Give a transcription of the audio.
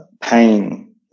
pain